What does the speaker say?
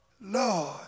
Lord